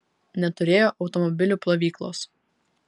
neturėjo automobilių plovyklos